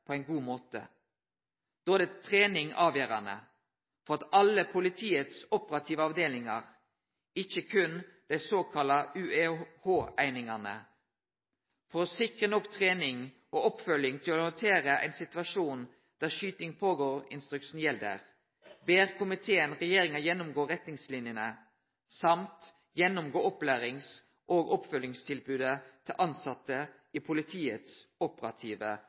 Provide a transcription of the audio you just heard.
på ein god måte. Da er trening avgjerande – for alle politiets operative avdelingar, ikkje berre dei såkalla UEH-einingane. For å sikre nok trening og oppfølging til å handtere ein situasjon der «skyting pågår»-instruksen gjeld, ber komiteen regjeringa gjennomgå retningslinjene og gjennomgå opplærings- og oppfølgingstilbodet til tilsette i politiets operative